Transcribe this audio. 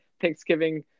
Thanksgiving